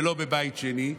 ולא בבית שני.